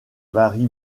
varie